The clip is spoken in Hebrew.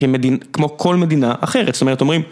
כמו כל מדינה אחרת. זאת אומרת, אומרים...